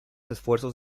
esfuerzos